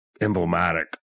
emblematic